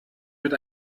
mit